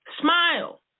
Smile